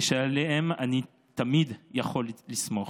ושעליהם אני תמיד יכול לסמוך.